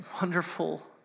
wonderful